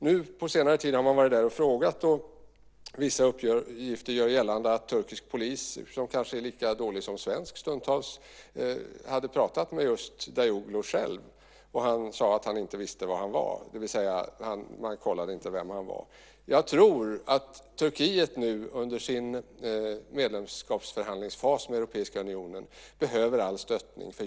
Nu på senare tid har man varit där och frågat. Vissa uppgifter gör gällande att turkisk polis, som kanske är lika dålig som svensk stundtals, hade pratat med honom själv. Han sade att han inte visste var han var, det vill säga att man inte kollade vem han var. Jag tror att Turkiet nu under sin medlemskapsförhandling med Europeiska unionen behöver all stöttning.